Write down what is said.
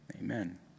amen